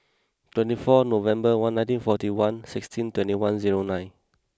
twenty four November one ninety forty one sixteen twenty one zero nine